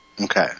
Okay